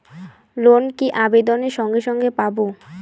Loan কি আবেদনের সঙ্গে সঙ্গে পাব?